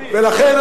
ולכן,